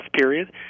period